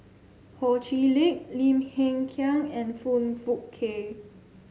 Ho Chee Lick Lim Hng Kiang and Foong Fook Kay